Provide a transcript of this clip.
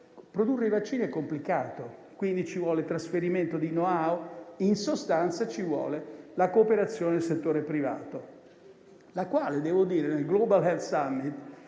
produrre i vaccini è complicato. Ci vuole trasferimento di *know-how* e, in sostanza, la cooperazione del settore privato, la quale devo dire che nel Global health summit